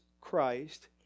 Christ